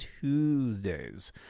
Tuesdays